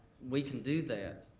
we can do that,